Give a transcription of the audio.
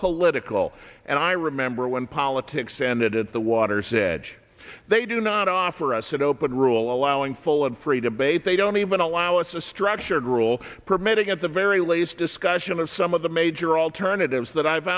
political and i remember when politics ended at the water's edge they do not offer us an open rule allowing full and free debate they don't even allow us a structured rule permitting at the very least discussion of some of the major alternatives that i've